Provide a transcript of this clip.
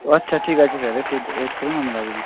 ও আচ্ছা ঠিক আছে স্যার একটু ওয়েট করুন আমি লাগিয়ে দিচ্ছি